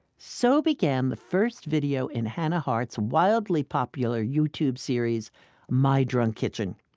so began the first video in hannah hart's wildly popular youtube series my drunk kitchen.